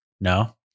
No